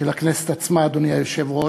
של הכנסת עצמה, אדוני היושב-ראש,